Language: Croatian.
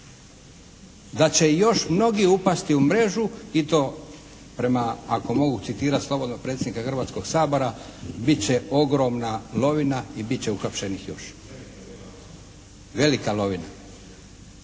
Da će još mnogi upasti u mrežu i to, prema, ako mogu citirati slobodno predsjednika Hrvatskog sabora: "Bit će ogromna lovina i bit će uhapšenih još". … /Upadica: